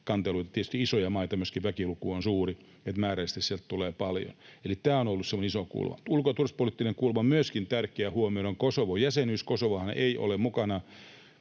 tietysti isoja maita, myöskin väkiluku on suuri, että määrällisesti sieltä tulee paljon. Eli tämä on ollut semmoinen iso kulma. Ulko- ja turvallisuuspoliittinen kulma on myöskin tärkeää huomioida. On Kosovon jäsenyys. Kosovohan ei ole mukana